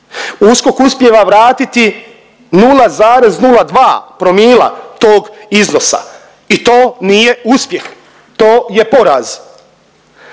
USKOK uspijeva vratiti 0,02 promila tog iznosa i to nije uspjeh. To je poraz.